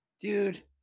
dude